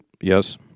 yes